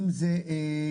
אם זה כיכרות,